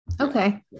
Okay